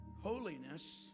holiness